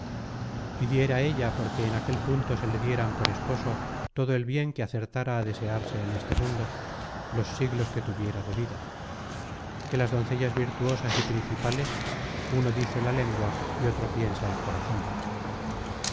asegurase y diera ella porque en aquel punto se le dieran por esposo todo el bien que acertara a desearse en este mundo los siglos que tuviera de vida que las doncellas virtuosas y principales uno dice la lengua y otro piensa el corazon